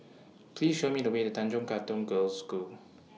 Please Show Me The Way to Tanjong Katong Girls' School